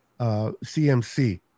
CMC